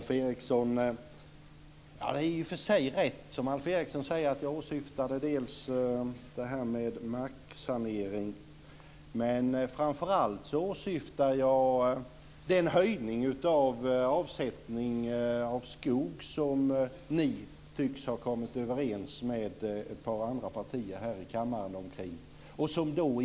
Fru talman! Det är i och för sig rätt som Alf Eriksson säger - jag åsyftade marksaneringen. Men framför allt åsyftade jag den höjning av avsättning av skog som ni tycks ha kommit överens med ett par andra partier här i kammaren om.